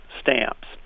stamps